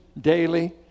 daily